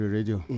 Radio